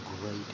great